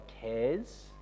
cares